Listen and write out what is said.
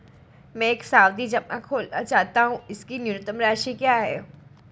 मैं एक सावधि जमा खोलना चाहता हूं इसकी न्यूनतम राशि क्या है?